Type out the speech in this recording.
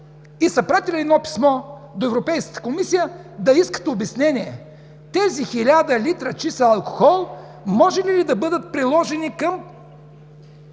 са пратили писмо до Европейската комисия да искат обяснение тези 1000 литра чист алкохол могат ли да бъдат приложени към